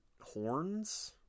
horns